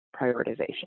prioritization